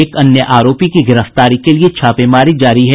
एक अन्य आरोपी की गिरफ्तारी के लिए छापेमारी जारी है